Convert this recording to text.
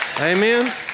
Amen